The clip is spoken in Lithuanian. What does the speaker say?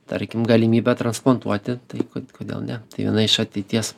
tarkim galimybę transplantuoti tai kodėl ne tai viena iš ateities